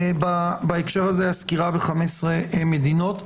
בהקשר הזה הסקירה ב-15 מדינות.